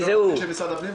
אני לא נציג של משרד הפנים.